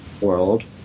world